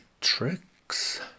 tricks